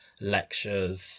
lectures